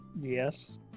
Yes